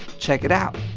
check it out.